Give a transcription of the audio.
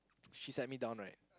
she sat me down right